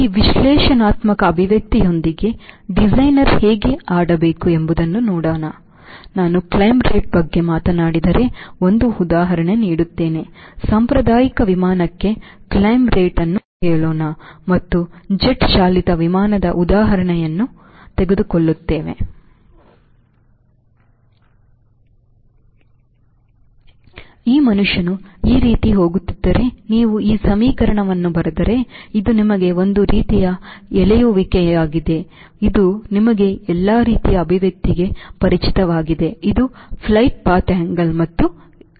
ಈ ವಿಶ್ಲೇಷಣಾತ್ಮಕ ಅಭಿವ್ಯಕ್ತಿಯೊಂದಿಗೆ ಡಿಸೈನರ್ ಹೇಗೆ ಆಡಬೇಕು ಎಂಬುದನ್ನು ನೋಡೋಣ ನಾನು Climb rate ಬಗ್ಗೆ ಮಾತನಾಡಿದರೆ ಒಂದು ಉದಾಹರಣೆ ನೀಡುತ್ತೇನೆ ಸಾಂಪ್ರದಾಯಿಕ ವಿಮಾನಕ್ಕೆ Climb rate ವನ್ನು ಹೇಳೋಣ ಮತ್ತು ನಾವು ಜೆಟ್ ಚಾಲಿತ ವಿಮಾನದ ಉದಾಹರಣೆಯನ್ನು ತೆಗೆದುಕೊಳ್ಳುತ್ತೇವೆ ಈ ಮನುಷ್ಯನು ಈ ರೀತಿ ಹೋಗುತ್ತಿದ್ದರೆ ನೀವು ಈ ಸಮೀಕರಣವನ್ನು ಬರೆದರೆ ಇದು ನಿಮಗೆ ಒಂದು ರೀತಿಯ ಎಳೆಯುವಿಕೆಯಾಗಿದೆ ಇದು ನಿಮಗೆ ಎಲ್ಲಾ ರೀತಿಯ ಅಭಿವ್ಯಕ್ತಿಗೆ ಪರಿಚಿತವಾಗಿದೆ ಇದು flight path angle ಮತ್ತು ಇದುlift